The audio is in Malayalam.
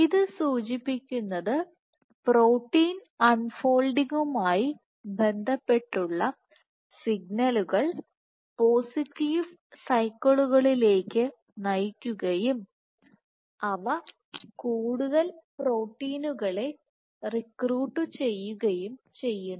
ഇതു സൂചിപ്പിക്കുന്നത് പ്രോട്ടീൻ അൺ ഫോൾഡിങ്ങുമായി ബന്ധപ്പെട്ടുള്ള സിഗ്നലുകൾ പോസിറ്റീവ് സൈക്കിളുകളിലേക്ക് നയിക്കുകയും അവ കൂടുതൽ പ്രോട്ടീനുകളെ റിക്രൂട്ട് ചെയ്യുകയും ചെയ്യുന്നു